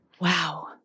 Wow